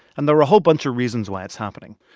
and there are a whole bunch of reasons why it's happening.